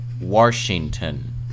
Washington